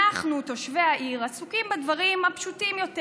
אנחנו, תושבי העיר, עסוקים בדברים הפשוטים יותר,